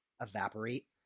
evaporate